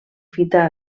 fita